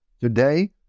Today